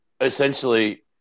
essentially